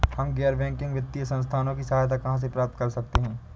हम गैर बैंकिंग वित्तीय संस्थानों की सहायता कहाँ से प्राप्त कर सकते हैं?